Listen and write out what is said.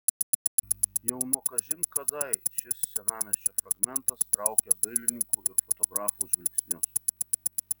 jau nuo kažin kadai šis senamiesčio fragmentas traukė dailininkų ir fotografų žvilgsnius